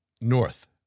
north